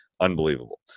Unbelievable